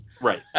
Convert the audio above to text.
Right